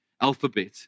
alphabet